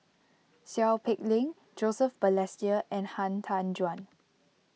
Seow Peck Leng Joseph Balestier and Han Tan Juan